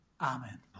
Amen